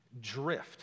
drift